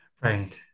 right